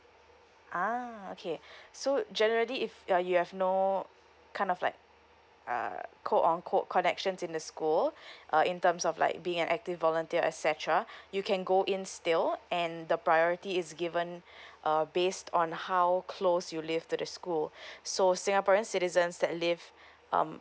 ha okay so generally if you're you have no kind of like uh co on co connections in the school uh in terms of like being an active volunteer et cetera you can go in still and the priority is given uh based on how close you live to the school so singaporean citizens that live um